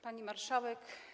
Pani Marszałek!